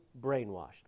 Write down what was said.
brainwashed